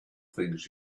things